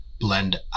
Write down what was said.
blend